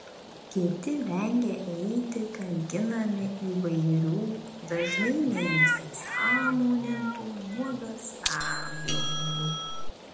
kiti vengia eiti kankinami įvairių dažnai neįsisąmonintų nuogąstavimų